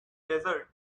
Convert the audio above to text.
desert